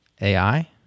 AI